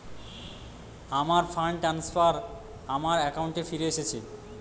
আমার fund transfer আমার অ্যাকাউন্টে ফিরে এসেছে